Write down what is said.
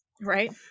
right